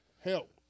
help